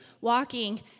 walking